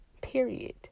period